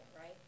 right